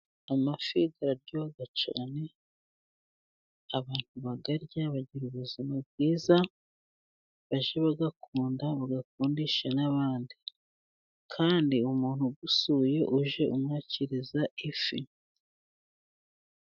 Amafi araryoha cyane, abantu bayarya bagira ubuzima bwiza, ujye uyakunda uyakundishe n'abandi, kandi umuntu ugusuye ujye umwakiriza ifi.